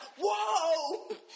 whoa